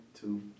two